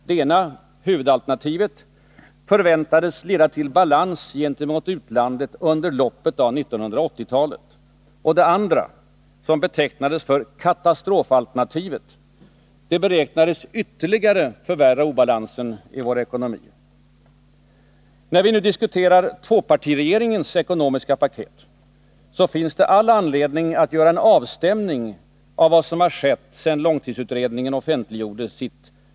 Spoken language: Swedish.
Det ena — huvudalternativet — förväntades leda till balans gentemot utlandet under loppet av 1980-talet. Det andra, som betecknades katastrofalternativet, beräknades ytterligare förvärra obalansen i vår ekonomi. När vi nu diskuterar tvåpartiregeringens ekonomiska paket, finns det all anledning att göra en avstämning av vad som skett sedan långtidsutredningen offentliggjordes.